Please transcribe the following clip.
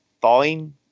fine